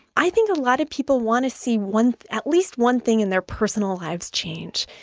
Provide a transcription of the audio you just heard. i think a lot of people want to see one at least one thing in their personal lives change.